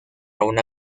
una